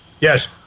Yes